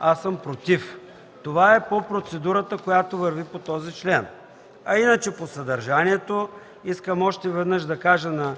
аз съм против. Това е по процедурата, която върви по този член. А иначе, по съдържанието, искам да кажа още веднъж на